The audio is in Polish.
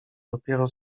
dopiero